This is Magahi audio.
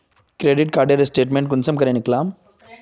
क्रेडिट कार्डेर स्टेटमेंट कुंसम करे निकलाम?